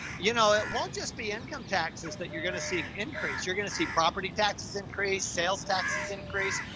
you know, it won't just be income taxes that you're going to see increase. you're going to see property taxes, increase sales, taxes, increase.